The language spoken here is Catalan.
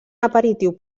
aperitiu